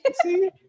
see